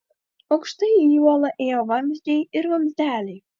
aukštai į uolą ėjo vamzdžiai ir vamzdeliai